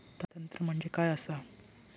तंत्र म्हणजे काय असा?